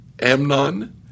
Amnon